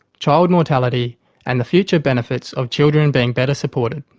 child mortality and the future benefits of children being better supported.